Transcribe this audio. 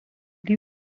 les